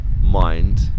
mind